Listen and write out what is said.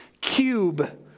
cube